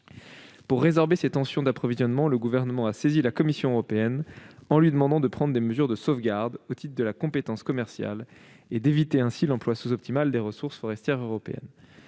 Pour résorber ces tensions d'approvisionnement, le Gouvernement a saisi la Commission européenne en lui demandant de prendre des mesures de sauvegarde au titre de la compétence commerciale et d'éviter ainsi l'emploi sous-optimal des ressources forestières européennes.